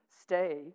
stay